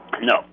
No